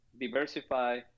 diversify